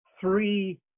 three